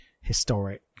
historic